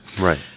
Right